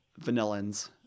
vanillins